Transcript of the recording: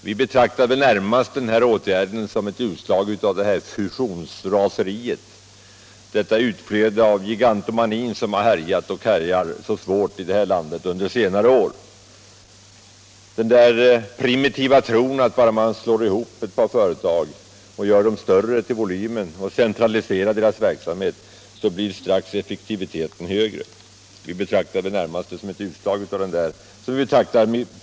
Vi betraktade åtgärden närmast som ett utslag av fusionsraseriet, detta utflöde av gigantomani som har härjat så svårt i det här landet under senare år. Tron på att bara man slår ihop ett par företag och centraliserar deras verksamhet så blir strax effektiviteten högre betraktar vi som uttryck för en primitiv mentalitet.